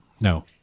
No